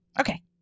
Okay